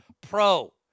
Pro